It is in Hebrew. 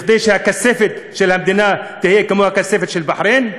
כדי שהכספת של המדינה תהיה כמו הכספת של בחריין?